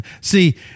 See